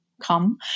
come